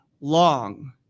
long